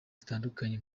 zitandukanye